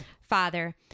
Father